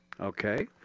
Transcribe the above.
Okay